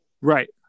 Right